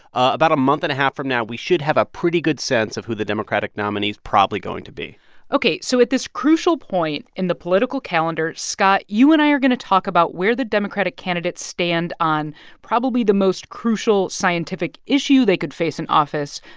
about a month and a half from now, we should have a pretty good sense of who the democratic nominee is probably going to be ok, so at this crucial point in the political calendar, scott, you and i are going to talk about where the democratic candidates stand on probably the most crucial scientific issue they could face in office,